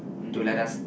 to let us